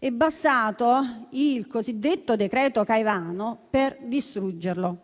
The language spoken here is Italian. è bastato il cosiddetto decreto-legge Caivano per distruggerlo.